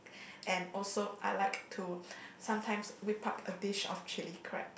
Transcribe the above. and also I like to sometimes we park a dish of chilli crab